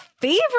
favorite